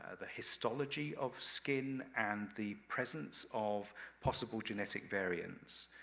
ah the histology of skin and the presence of possible genetic variants.